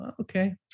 Okay